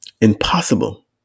impossible